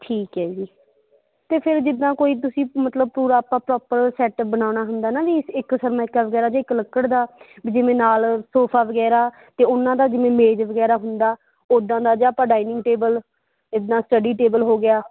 ਠੀਕ ਹੈ ਜੀ ਅਤੇ ਫਿਰ ਜਿੱਦਾਂ ਕੋਈ ਤੁਸੀਂ ਮਤਲਬ ਪੂਰਾ ਆਪਾਂ ਪ੍ਰੋਪਰ ਸੈੱਟਅਪ ਬਣਾਉਣਾ ਹੁੰਦਾ ਨਾ ਵੀ ਇੱਕ ਸਨਮਾਇਕਾ ਵਗੈਰਾ ਜੇ ਇੱਕ ਲੱਕੜ ਦਾ ਵੀ ਜਿਵੇਂ ਨਾਲ ਸੋਫਾ ਵਗੈਰਾ ਅਤੇ ਉਨ੍ਹਾਂ ਦਾ ਜਿਵੇਂ ਮੇਜ ਵਗੈਰਾ ਹੁੰਦਾ ਉੱਦਾਂ ਦਾ ਜਾਂ ਆਪਾਂ ਡਾਈਨਿੰਗ ਟੇਬਲ ਇੱਦਾਂ ਸਟਡੀ ਟੇਬਲ ਹੋ ਗਿਆ